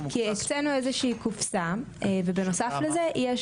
הקצנו איזושהי קופסה ובנוסף לזה יש